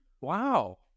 wow